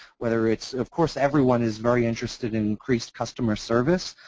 whether it's of course, everyone is very interested in increased customer service.